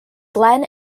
glenn